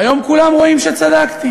היום כולם רואים שצדקתי.